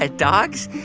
ah dogs,